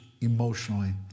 emotionally